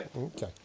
Okay